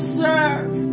serve